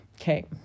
Okay